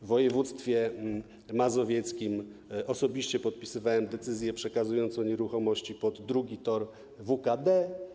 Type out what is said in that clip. W województwie mazowieckim osobiście podpisywałem decyzję przekazującą nieruchomości pod drugi tor WKD.